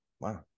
Wow